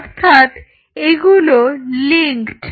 অর্থাৎ এগুলো লিংকড